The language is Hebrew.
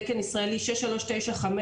תקן ישראלי 6395,